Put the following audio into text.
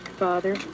Father